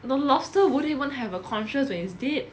no lobster wouldn't even have a conscious when it's dead